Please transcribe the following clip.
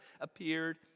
appeared